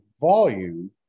volume